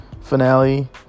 finale